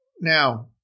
Now